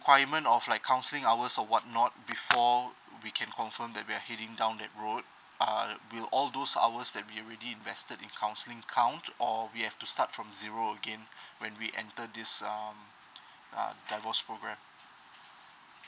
requirement of like counselling hours or what not before we can confirm that we're heading down that road uh will all those hours that we already invested in counselling count or we have to start from zero again when we enter this um uh divorce programme